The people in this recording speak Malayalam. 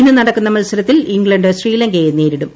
ഇന്ന് നടക്കുന്ന മത്സരത്തിൽ ഇംഗ്ലണ്ട് ശ്രീലങ്കയെ നേരിടും